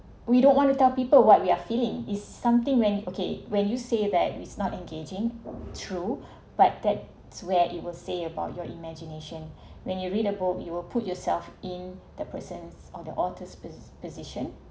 we don't want to tell people what we are feeling is something when okay when you say that is not engaging true but that's where it will say about your imagination when you read a book you will put yourself in the presence of the author's pos~ position